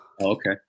Okay